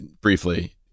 briefly